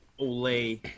olay